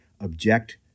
object